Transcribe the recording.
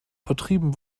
vertrieben